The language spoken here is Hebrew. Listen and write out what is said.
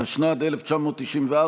התשנ"ד 1994,